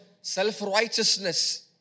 self-righteousness